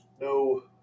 No